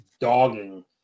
dogging